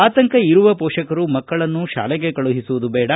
ಆತಂಕ ಇರುವ ಪೋಷಕರು ಮಕ್ಕಳನ್ನು ಶಾಲೆಗೆ ಕಳುಹಿಸುವುದು ಬೇಡ